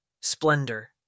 splendor